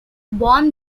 born